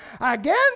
Again